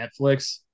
Netflix